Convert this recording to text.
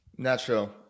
Natural